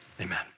amen